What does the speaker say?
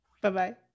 Bye-bye